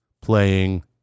playing